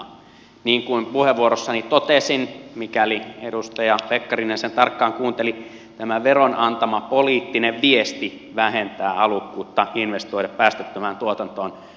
niin kuin puheenvuorossani totesin mikäli edustaja pekkarinen sen tarkkaan kuunteli tämän veron antama poliittinen viesti vähentää halukkuutta investoida päästöttömään tuotantoon